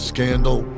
Scandal